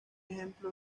ejemplo